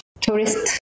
tourist